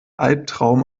albtraum